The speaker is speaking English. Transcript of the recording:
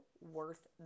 worth